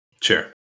Sure